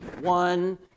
one